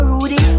Rudy